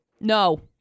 No